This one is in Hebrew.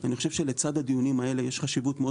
אני חושב שלצד הדיונים האלה יש חשיבות מאוד